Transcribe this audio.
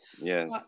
yes